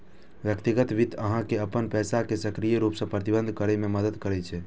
व्यक्तिगत वित्त अहां के अपन पैसा कें सक्रिय रूप सं प्रबंधित करै मे मदति करै छै